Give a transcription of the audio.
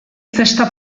zesta